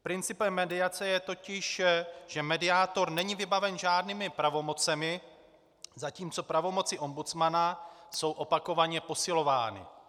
Principem mediace totiž je, že mediátor není vybaven žádnými pravomocemi, zatímco pravomoci ombudsmana jsou opakovaně posilovány.